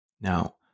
Now